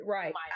Right